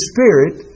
Spirit